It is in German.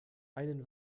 einen